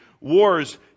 wars